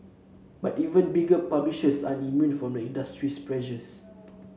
but even bigger publishers are immune from the industry's pressures